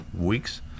weeks